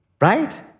Right